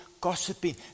gossiping